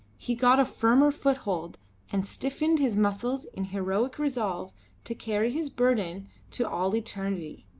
he got a firmer foothold and stiffened his muscles in heroic resolve to carry his burden to all eternity.